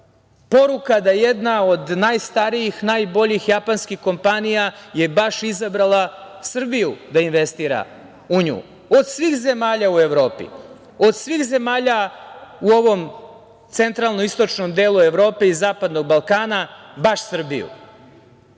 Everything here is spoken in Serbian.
poruka da jedna od najstarijih, najboljih japanskih kompanija je baš izabrala Srbiju da investira u nju, od svih zemalja u Evropi, od svih zemalja u ovom centralnom i istočnom delu Evrope i Zapadnog Balkana, baš Srbiju.